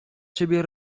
ciebie